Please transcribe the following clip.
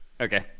okay